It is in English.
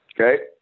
Okay